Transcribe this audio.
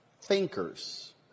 thinkers